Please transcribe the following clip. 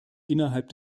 innerhalb